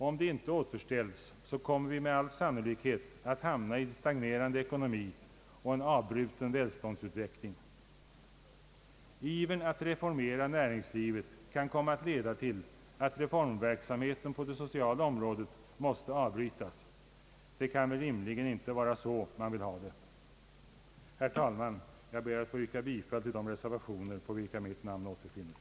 Om det inte återställs, kommer vi med all sannolikhet att hamna i stagnerande ekonomi och en avbruten välståndsutveckling. Ivern att reformera näringslivet kan komma att leda till att reformverksamheten på det sociala området måste avbrytas. Det kan väl rimligen inte vara så socialdemokraterna vill ha det. Herr talman! Jag ber att få yrka bifall till de reservationer under vilka mitt namn återfinns.